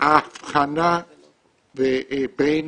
ההבחנה בין